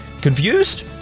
Confused